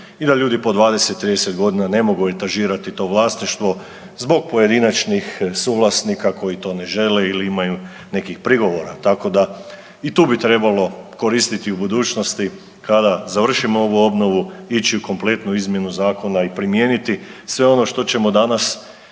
po dvadeset, trideset godina ne mogu etažirati to vlasništvo zbog pojedinačnih suvlasnika koji to ne žele ili imaju nekih prigovora. Tako da i tu bi trebalo koristiti u budućnosti kada završimo ovu obnovu ići u kompletnu izmjenu zakona i primijeniti sve ono što ćemo danas o obnovi